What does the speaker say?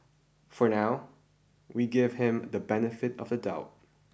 for now we give him the benefit of the doubt